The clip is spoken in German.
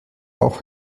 auch